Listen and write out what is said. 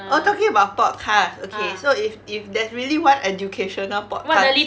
oh talking about podcast okay so if if there's really one educational podcast